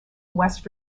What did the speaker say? west